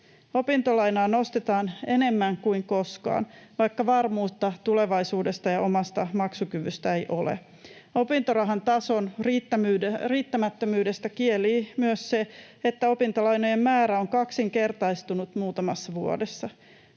Opintolainaa nostetaan enemmän kuin koskaan, vaikka varmuutta tulevaisuudesta ja omasta maksukyvystä ei ole. Opintorahan tason riittämättömyydestä kielii myös se, että opintolainojen määrä on kaksinkertaistunut muutamassa vuodessa.